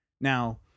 Now